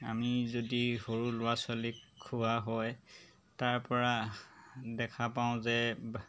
আমি যদি সৰু ল'ৰা ছোৱালীক খুওৱা হয় তাৰ পৰা দেখা পাওঁ যে